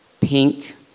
pink